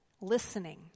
Listening